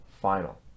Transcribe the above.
final